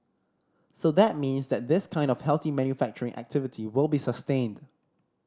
so that means that this kind of healthy manufacturing activity will be sustained